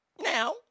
Now